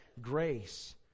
grace